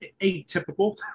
atypical